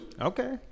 Okay